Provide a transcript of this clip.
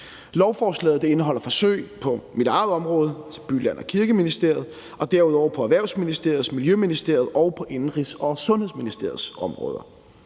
Lovforslaget indeholder forsøg på mit eget område, altså By-, Land- og Kirkeministeriet, og derudover på Erhvervsministeriets, Miljøministeriets og på Indenrigs- og Sundhedsministeriets